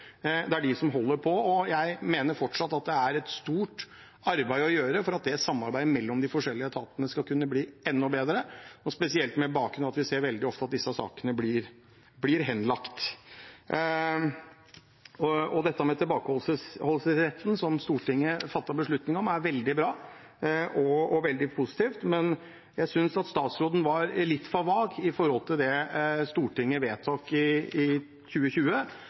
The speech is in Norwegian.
et stort arbeid å gjøre for at samarbeidet mellom de forskjellige etatene skal kunne bli enda bedre, spesielt med bakgrunn i at vi veldig ofte ser at disse sakene blir henlagt. Dette med tilbakeholdelsesretten, som Stortinget fattet beslutning om, er veldig bra og positivt, men jeg synes statsråden var litt for vag når det gjelder det Stortinget vedtok i 2020,